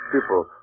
people